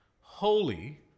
Holy